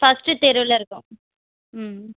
first தெருவில் இருக்கோம் ம்